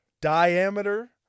diameter